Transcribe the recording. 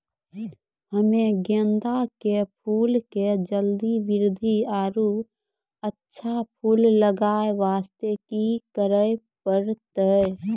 हम्मे गेंदा के फूल के जल्दी बृद्धि आरु अच्छा फूल लगय वास्ते की करे परतै?